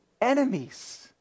Enemies